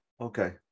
okay